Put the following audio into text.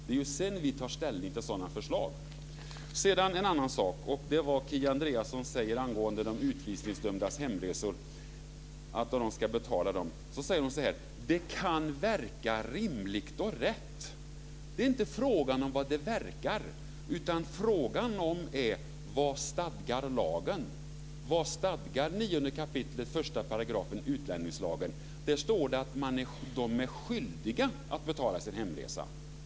Det är efter det vi tar ställning till sådana förslag. Kia Andreasson säger angående hur de utvisningsdömdas hemresor ska betalas så här: Det kan verka rimligt och rätt. Det är inte frågan om hur det verkar. Frågan är vad lagen stadgar. Vad stadgar 9 kap. 1 § i utlänningslagen? Där står det att de är skyldiga att betala sin hemresa.